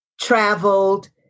traveled